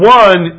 one